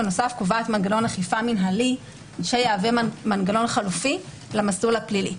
בנוסף קובעת מנגנון אכיפה מינהלי שיהווה מנגנון חלופי למסלול הפלילי.